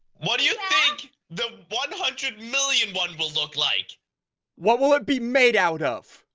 what do you think the one hundred million won will look like what will it be made out of?